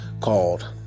called